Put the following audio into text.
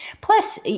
Plus